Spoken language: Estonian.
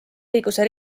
õiguse